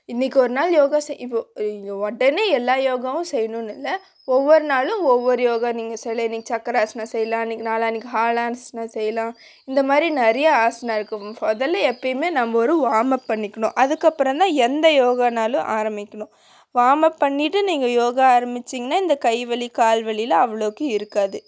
இன்றைக்கு ஒரு நாள் யோகா செய் இப்போ உடனே எல்லா யோகாவும் செய்யணும்னு இல்லை ஒவ்வொரு நாளும் ஒவ்வொரு யோகா நீங்கள் செய்யலாம் இன்றைக்கி சக்கராஸ்னா செய்யலாம் இன்றைக்கி நாளான்றைக்கி ஹாலான்ஸ்னா செய்யாலாம் இந்த மாதிரி நிறையா ஆசனா இருக்குது முதல்ல எப்போயுமே நம்ம ஒரு வார்ம் அப் பண்ணிக்கணும் அதுக்கு அப்புறோம் தான் எந்த யோகானாலும் ஆரம்மிக்கணும் வார்ம் அப் பண்ணிகிட்டு நீங்கள் யோகா ஆரம்மிச்சிங்கனா இந்த கை வலி கால் வலியெலாம் அவ்வளோக்கு இருக்காது